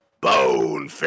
Bone